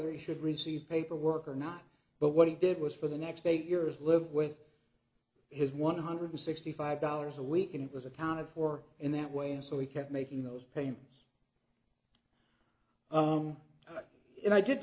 he should receive paperwork or not but what he did was for the next eight years live with his one hundred sixty five dollars a week and it was accounted for in that way and so he kept making those payments and i did